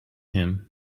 him